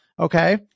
Okay